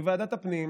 מוועדת הפנים?